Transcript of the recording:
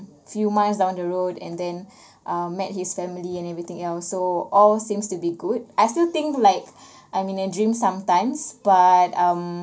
few months down the road and then uh met his family and everything else so all seems to be good I still think like I'm in a dream sometimes but um